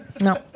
No